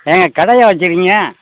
ஆ கடயா வச்சுருக்கீங்க